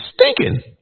stinking